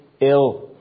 ill